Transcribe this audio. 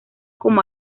como